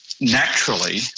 naturally